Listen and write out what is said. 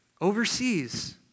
overseas